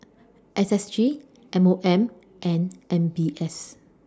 S S G M O M and M B S